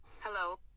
Hello